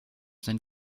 sein